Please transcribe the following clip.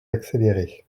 accéléré